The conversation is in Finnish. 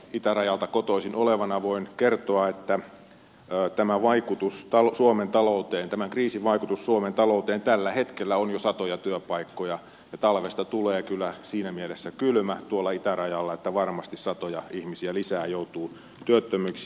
itärajalta kotoisin olevana voin kertoa että tämän kriisin vaikutus suomen talouteen tällä hetkellä on jo satoja työpaikkoja ja talvesta tulee kyllä siinä mielessä kylmä tuolla itärajalla että varmasti satoja ihmisiä lisää joutuu työttömäksi